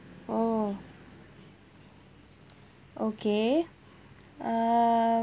oh okay uh